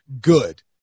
good